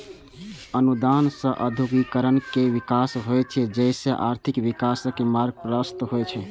अनुदान सं औद्योगिकीकरण के विकास होइ छै, जइसे आर्थिक विकासक मार्ग प्रशस्त होइ छै